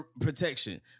protection